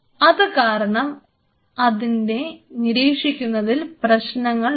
അത് കാരണം അതിനെ നിരീക്ഷിക്കുന്നതിൽ പ്രശ്നങ്ങൾ വരും